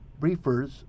briefers